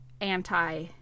anti